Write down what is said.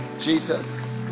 jesus